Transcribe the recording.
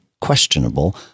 questionable